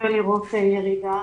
נצפה לראות ירידה